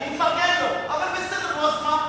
אני מפרגן לו, אבל בסדר, נו אז מה?